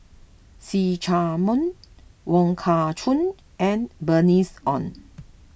See Chak Mun Wong Kah Chun and Bernice Ong